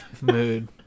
mood